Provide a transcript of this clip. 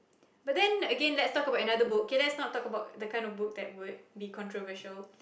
but then again let's talk about another book can let's not talk about the kind of book that would be controversial